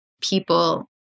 people